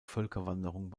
völkerwanderung